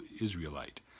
Israelite